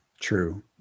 true